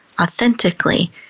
authentically